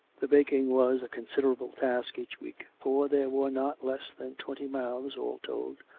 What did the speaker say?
the baking was a considerable task each week, for there were not less than twenty mouths, all told,